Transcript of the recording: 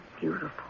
beautiful